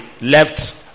left